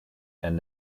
and